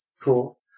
cool